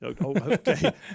Okay